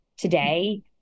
today